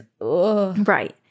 Right